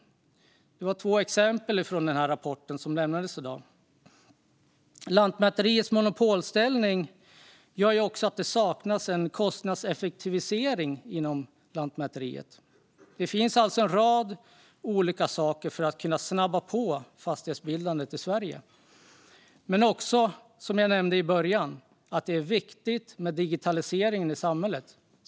Det var två exempel från den rapport som lämnades i dag. Lantmäteriets monopolställning gör att det saknas en kostnadseffektivisering inom Lantmäteriet. Det finns alltså en rad olika saker som kan snabba på fastighetsbildandet i Sverige. Som jag nämnde i början är det också viktigt med digitalisering i samhället.